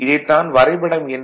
இதைத் தான் வரைபடம் எண்